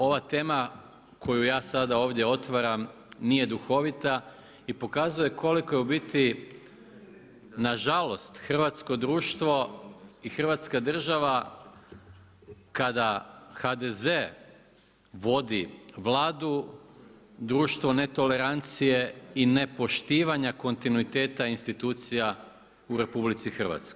Ova tema koju ja sada ovdje otvaram nije duhovita i pokazuje koliko je u biti nažalost hrvatsko društvo i Hrvatska država kada HDZ vodi Vladu društvo netolerancije i nepoštivanja kontinuiteta institucija u RH.